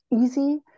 easy